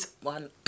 one